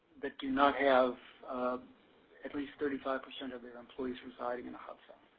that do not have at least thirty five percent of the employees residing in hubzone.